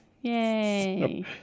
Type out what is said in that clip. Yay